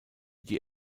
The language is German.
die